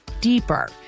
deeper